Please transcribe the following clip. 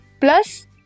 plus